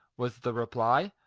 was the reply.